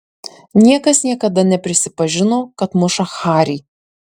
niekas niekada neprisipažino kad muša harį